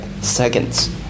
seconds